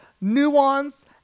nuance